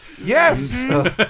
Yes